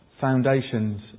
foundations